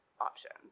options